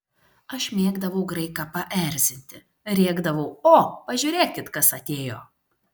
aš mėgdavau graiką paerzinti rėkdavau o pažiūrėkit kas atėjo